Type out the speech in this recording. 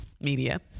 media